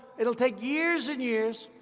it'll take years and years.